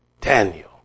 Daniel